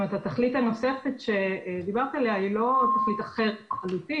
כך שהתכלית הנוספת שדובר עליה היא לא תכלית אחרת לחלוטין,